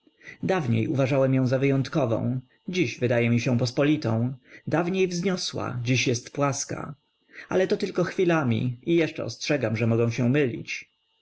dawniej uważałem ją za wyjątkową dziś wydaje mi się pospolitą dawniej wzniosła dziś jest płaska ale to tylko chwilami i jeszcze ostrzegam że mogę się mylić